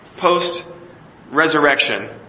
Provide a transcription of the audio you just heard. post-resurrection